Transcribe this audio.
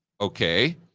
Okay